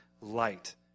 light